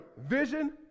vision